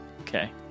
Okay